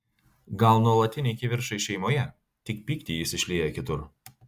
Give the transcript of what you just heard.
gal nuolatiniai kivirčai šeimoje tik pyktį jis išlieja kitur